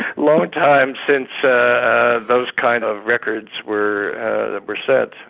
long time since ah ah those kind of records were were set.